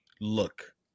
look